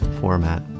format